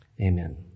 Amen